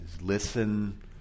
Listen